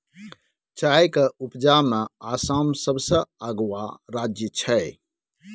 चाय के उपजा में आसाम सबसे अगुआ राज्य छइ